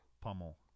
Pummel